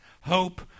hope